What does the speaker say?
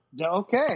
Okay